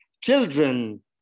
children